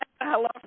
hello